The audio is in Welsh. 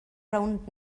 rownd